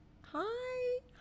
Hi